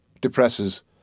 depresses